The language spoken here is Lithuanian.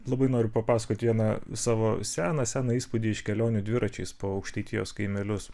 labai noriu papasakot vieną savo seną seną įspūdį iš kelionių dviračiais po aukštaitijos kaimelius